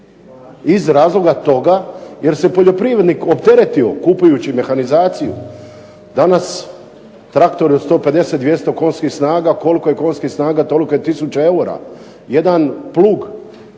Iz razloga toga jer se poljoprivrednik opteretio kupujući mehanizaciju. Danas traktori od 150, 200 konjskih snaga, koliko je konjskih snaga toliko je tisuća eura. Jedan plug